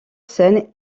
seine